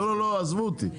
לא, לא, עזבו אותי.